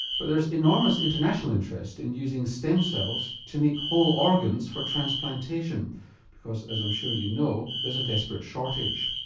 but there's enormous international interest in using stem cells to make whole organs for transplantation because, as i'm sure you know, there's a desperate shortage.